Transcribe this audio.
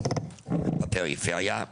או בכל מקום בפריפריה.